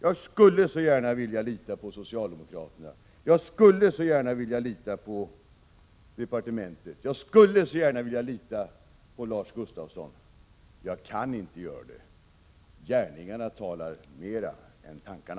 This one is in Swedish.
Jag skulle så gärna vilja lita på socialdemokraterna, på departementet och på Lars Gustafsson, men jag kan inte göra det — gärningarna talar mer än orden.